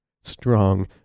strong